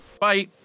bye